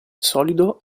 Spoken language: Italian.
solido